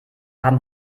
haben